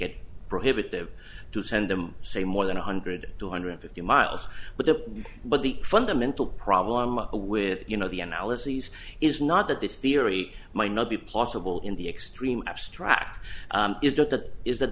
it prohibitive to send them say more than one hundred two hundred fifty miles but the but the fundamental problem with you know the analyses is not that the theory might not be possible in the extreme abstract isn't that is that